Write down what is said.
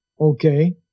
Okay